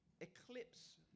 eclipse